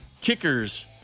kickers